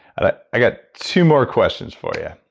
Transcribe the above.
i i got two more questions for yeah